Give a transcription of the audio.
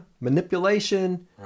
manipulation